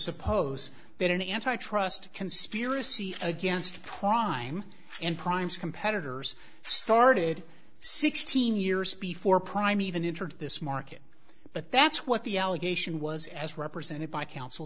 suppose that an antitrust conspiracy against crime and crimes competitors started sixteen years before prime even injured this market but that's what the allegation was as represented by coun